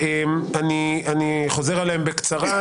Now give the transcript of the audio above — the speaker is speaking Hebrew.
אני חוזר עליהן בקצרה.